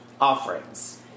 Offerings